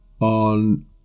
on